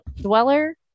dweller